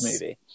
movie